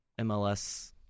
MLS